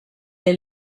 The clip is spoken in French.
est